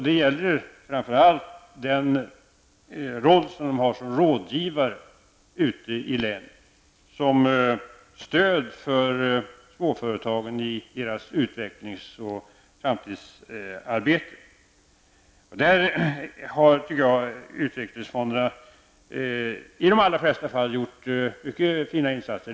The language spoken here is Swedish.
Det gäller framför allt deras roll som rådgivare ute i länen, som stöd för småföretagen i deras utvecklings och framtidsarbete. Jag tycker att utvecklingsfonderna i detta sammanhang i de allra flesta fall har gjort mycket fina insatser.